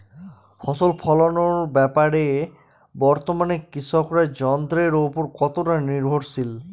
ফসল ফলানোর ব্যাপারে বর্তমানে কৃষকরা যন্ত্রের উপর কতটা নির্ভরশীল?